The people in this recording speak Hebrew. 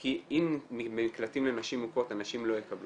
כי אם במקלטים לנשים מוכות הנשים לא יקבלו